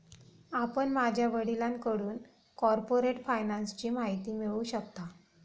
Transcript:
आपण माझ्या वडिलांकडून कॉर्पोरेट फायनान्सची माहिती मिळवू शकता